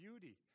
beauty